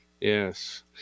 Yes